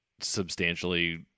substantially